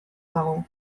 dago